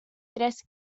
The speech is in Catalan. tres